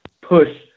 push